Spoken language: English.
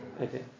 Okay